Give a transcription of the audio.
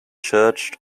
church